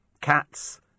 cats